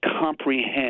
comprehend